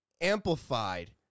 amplified